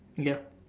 yup